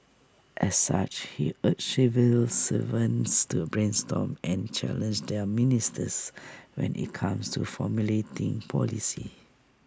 as such he urged civil servants to brainstorm and challenge their ministers when IT comes to formulating policy